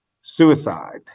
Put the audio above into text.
suicide